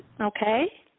okay